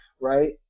right